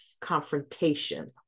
confrontation